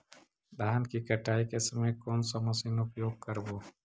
धान की कटाई के समय कोन सा मशीन उपयोग करबू?